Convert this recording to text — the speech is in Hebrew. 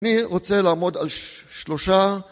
אני רוצה לעמוד על שלושה